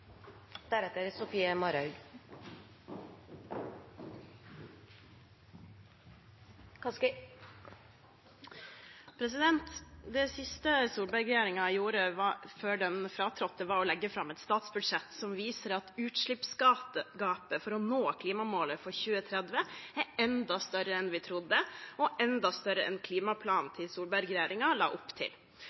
Det siste Solberg-regjeringen gjorde før den fratrådte, var å legge fram et statsbudsjett som viser at utslippsgapet for å nå klimamålet for 2030 er enda større enn vi trodde, og enda større enn det klimaplanen til Solberg-regjeringen la opp til.